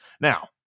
Now